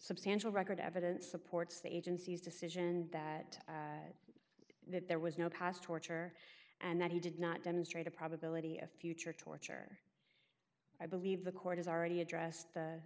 substantial record evidence supports the agency's decision that there was no past torture and that he did not demonstrate a probability of future torture i believe the court has already addressed the